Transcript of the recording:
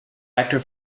actor